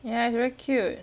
ya it's very cute